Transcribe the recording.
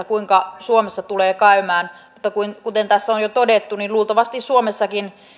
kuinka suomessa tulee käymään mutta kuten tässä on jo todettu luultavasti suomessakin